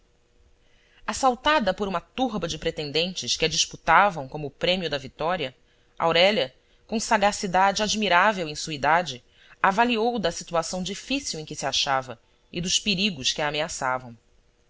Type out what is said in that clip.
assaltada por uma turba de pretendentes que a disputavam como o prêmio da vitória aurélia com sagacidade admirável em sua idade avaliou da situação difícil em que se achava e dos perigos que a ameaçavam